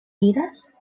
iras